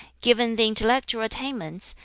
given the intellectual attainments,